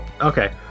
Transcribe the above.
okay